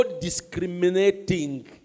discriminating